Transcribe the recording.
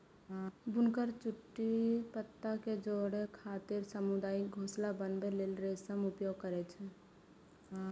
बुनकर चुट्टी पत्ता कें जोड़ै खातिर सामुदायिक घोंसला बनबै लेल रेशमक उपयोग करै छै